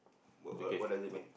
wha~ what does it mean